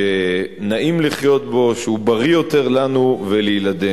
שנעים לחיות בו, שהוא בריא יותר לנו ולילדינו.